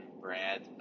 Brad